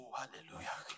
hallelujah